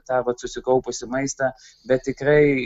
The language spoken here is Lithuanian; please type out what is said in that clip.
tą vat susikaupusį maistą bet tikrai